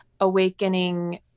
awakening